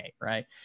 right